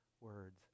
words